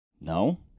No